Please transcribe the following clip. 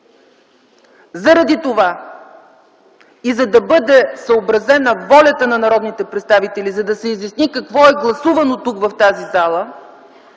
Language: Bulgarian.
Заради това и за да бъде съобразена волята на народните представители, за да се изясни какво е гласувано тук, в тази зала,